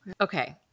Okay